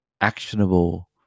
actionable